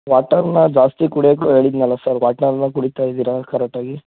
ವಾಟರ್ನಾ ಜಾಸ್ತಿ ಕುಡಿಯಕ್ಕೆ ಹೇಳಿದ್ದೆನಲ ಸರ್ ವಾಟರ್ನ ಕುಡಿತಾ ಇದ್ದೀರಾ ಕರೆಕ್ಟಾಗಿ